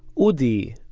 udi,